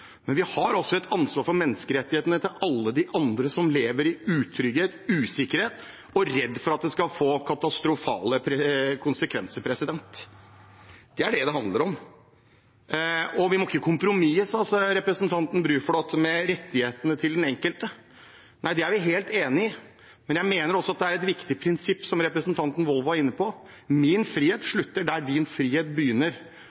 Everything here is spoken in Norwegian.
men vi har også et ansvar for menneskerettighetene til alle de andre som lever i utrygghet og usikkerhet, og som er redde for at det skal få katastrofale konsekvenser. Det er det det handler om. Vi må ikke kompromisse med rettighetene til den enkelte, sa representanten Bruflot. Nei, det er jeg helt enig i, men jeg mener at det er et viktig prinsipp representanten Wold var inne på, at min frihet